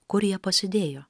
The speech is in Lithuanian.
kur jie pasidėjo